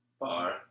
Bar